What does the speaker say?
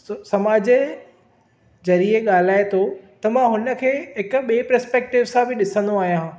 समाज जे ज़रिए ॻाल्हाए थो त मां हुन खे हिक ॿिए पर्स्पेक्टिव सां बि ॾिसंदो आहियां